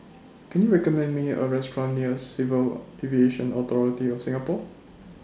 Can YOU recommend Me A Restaurant near Civil Aviation Authority of Singapore